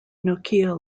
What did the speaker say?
nokia